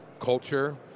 culture